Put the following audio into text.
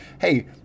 hey